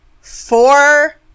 four